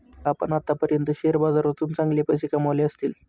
आपण आत्तापर्यंत शेअर बाजारातून चांगले पैसे कमावले असतील